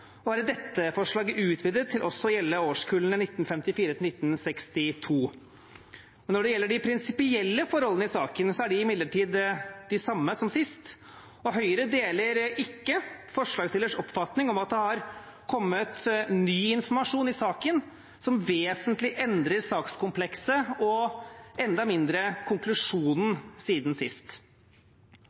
også å gjelde årskullene 1954–1962. Når det gjelder de prinsipielle forholdene i saken, er de imidlertid de samme som sist, og Høyre deler ikke forslagsstillernes oppfatning om at det i saken har kommet ny informasjon som vesentlig endrer sakskomplekset – enda mindre konklusjonen – siden sist.